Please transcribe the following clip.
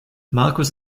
markus